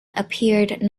appeared